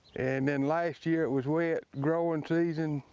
and then last year, it was wet growing season,